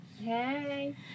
Hey